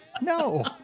no